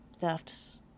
thefts